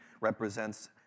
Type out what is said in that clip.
represents